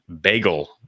Bagel